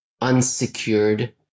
unsecured